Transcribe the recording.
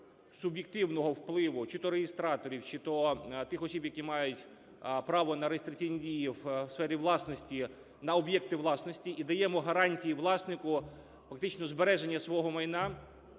суб'єктивного впливу чи-то реєстраторів, чи-то тих осіб, які мають право на реєстраційні дії в сфері власності на об'єкти власності, і даємо гарантії власнику у фактичному збереженні свого майна